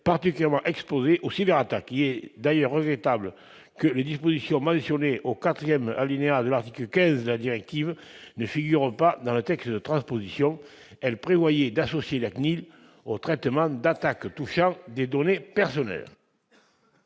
particulièrement exposées aux cyberattaques. Il est d'ailleurs regrettable que les dispositions mentionnées au 4° de l'article 15 de la directive ne figurent pas dans le texte de transposition : elles prévoyaient d'associer la CNIL au traitement d'attaques touchant des données personnelles.